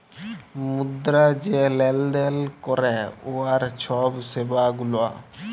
মুদ্রা যে লেলদেল ক্যরে উয়ার ছব সেবা গুলা